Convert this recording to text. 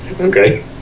okay